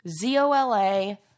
Z-O-L-A